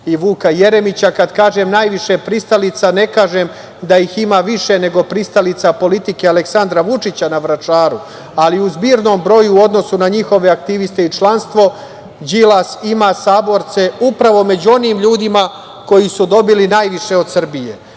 i Vuka Jeremića. Kada kažem najviše pristalica, ne kažem da ih ima više nego pristalica politike Aleksandra Vučića na Vračaru, ali u zbirnom broju u odnosu na njihove aktiviste i članstvo, Đilas ima saborce upravo među onim ljudima koji su dobili najviše od Srbije,